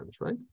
right